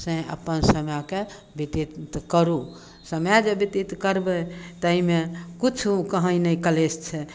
सँ अपन समयकेँ व्यतीत करू समय जे व्यतीत करबै ताहिमे किछु कहीँ नहि कलेश छै